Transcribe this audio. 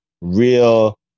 Real